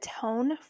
tone